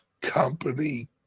company